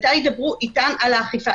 מתי ידברו איתן על האכיפה?